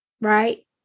right